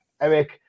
Eric